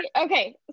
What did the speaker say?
Okay